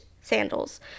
sandals